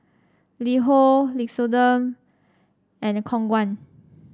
LiHo Nixoderm and Khong Guan